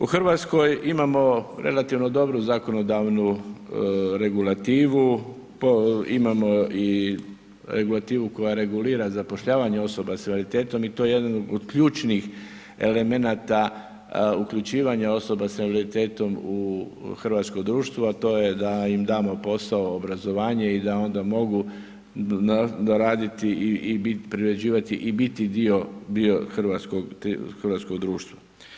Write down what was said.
U Hrvatskoj imamo relativno dobru zakonodavnu regulativu, imamo i regulativu koja regulira zapošljavanje osoba sa invaliditetom i to je jedan od ključnih elemenata uključivanja osoba sa invaliditetom u hrvatsko društvo a to je da im damo posao i obrazovanje i da onda mogu normalno raditi i biti, privređivati i biti dio hrvatskog društva.